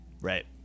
Right